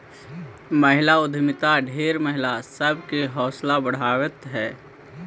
महिला उद्यमिता ढेर महिला सब के हौसला बढ़यलई हे